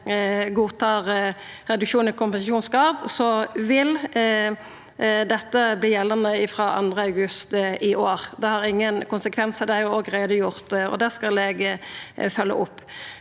godtar reduksjon i kompensasjonsgrad, vil dette verta gjeldande frå 2. august i år. Det har ingen konsekvensar. Det har eg gjort